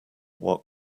what